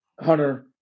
Hunter